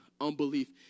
unbelief